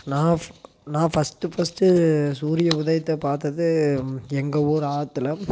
நான் ஃப் நான் ஃபஸ்ட் ஃபஸ்டு சூரிய உதையத்தை பார்த்தது எங்கள் ஊரு ஆத்துல